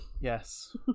Yes